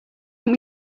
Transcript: want